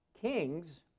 kings